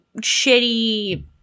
shitty